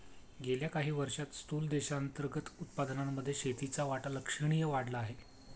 गेल्या काही वर्षांत स्थूल देशांतर्गत उत्पादनामध्ये शेतीचा वाटा लक्षणीय वाढला आहे